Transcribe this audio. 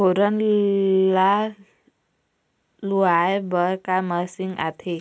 फोरन ला लुआय बर का मशीन आथे?